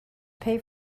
pay